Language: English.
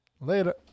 Later